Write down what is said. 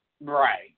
Right